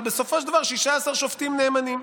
אבל בסופו של דבר 16 שותפים נאמנים,